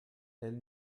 elle